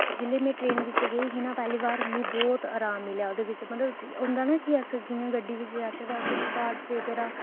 जेल्लै में ट्रेन बिच गेई ही ना बाहर ते में ट्रेन बिच बहुत आराम मिलेआ ओह्दे बिच होंदा ना ते जि'यां गड्डी बिच जाह्चै ते थकावट बगैरा